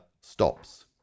stops